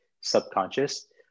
subconscious